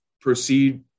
proceed